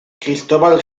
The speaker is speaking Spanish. cristóbal